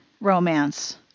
romance